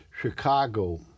Chicago